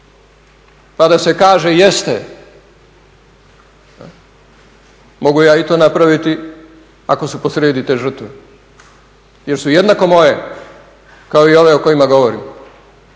pa da se kaže, jeste. Mogu ja i to napraviti ako su posrijedi te žrtve jer su jednako moje kao i ove o kojima govorim